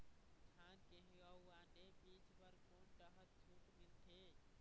धान गेहूं अऊ आने बीज बर कोन डहर छूट मिलथे?